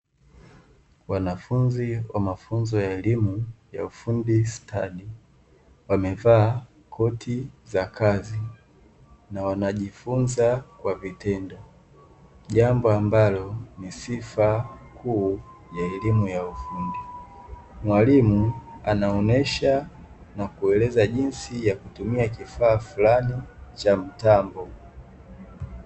Wanafunzi wa mafunzo ya elimu ya ufundi stadi wamevaa koti za kazi na wanajifunza kwa vitendo jambo ambalo ni sifa kuu ya elimu ya ufundi, mwalimu anaonesha na kueleza jinsi ya kutumia kifaa fulani cha mtambo.